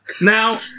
Now